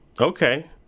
okay